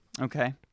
Okay